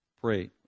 pray